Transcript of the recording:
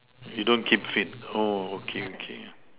you don't keep fit okay okay